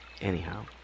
anyhow